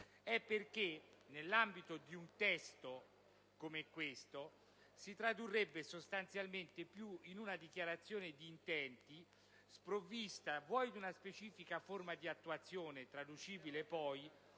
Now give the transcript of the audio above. è - ma nell'ambito di un testo come questo, esso si tradurrebbe sostanzialmente più in una dichiarazione di intenti, sprovvista di una specifica forma di attuazione che si